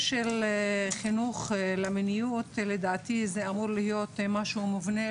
חינוך למיניות, לדעתי, צריך להיות משהו מובנה.